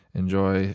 enjoy